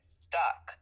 stuck